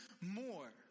more